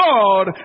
Lord